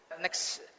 next